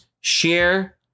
share